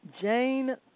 Jane